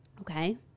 Okay